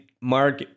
Mark